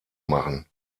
machen